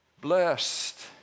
Blessed